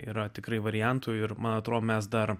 yra tikrai variantų ir man atrodo mes dar